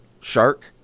shark